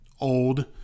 old